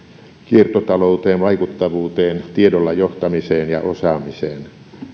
kiertotalouteen vaikuttavuuteen tiedolla johtamiseen ja osaamiseen